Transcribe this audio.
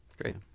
Great